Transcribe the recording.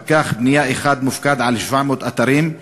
פקח בנייה אחד מופקד על 700 אתרים,